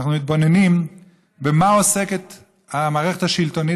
אנחנו מתבוננים במה עוסקת המערכת השלטונית